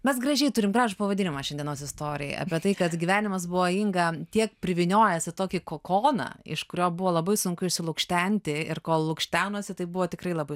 mes gražiai turim gražų pavadinimą šiandienos istorijai apie tai kad gyvenimas buvo ingą tiek privyniojęs į tokį kokoną iš kurio buvo labai sunku išsilukštenti ir kol lukštenosi tai buvo tikrai labai